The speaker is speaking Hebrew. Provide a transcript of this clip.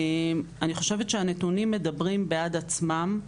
אני חושבת ש הנתונים מדברים בעד עצמם.